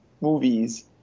movies